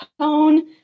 tone